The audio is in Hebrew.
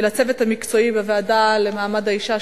ולצוות המקצועי בוועדה למעמד האשה,